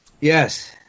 Yes